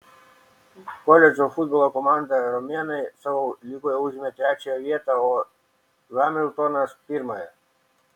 koledžo futbolo komanda romėnai savo lygoje užėmė trečią vietą o hamiltonas pirmąją